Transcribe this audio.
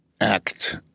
act